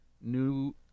New